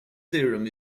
theorem